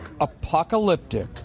apocalyptic